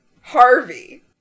Harvey